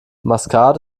maskat